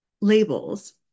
labels